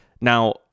Now